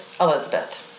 Elizabeth